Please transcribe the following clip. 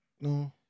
no